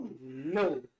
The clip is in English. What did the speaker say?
No